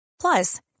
Plus